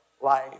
life